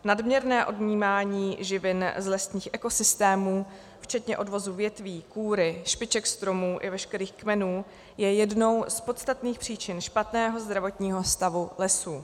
Nadměrné odnímání živin z lesních ekosystémů, včetně odvozu větví, kůry, špiček stromů i veškerých kmenů, je jednou z podstatných příčin špatného zdravotního stavu lesů.